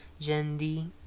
Jendi